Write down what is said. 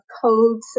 codes